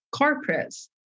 corporates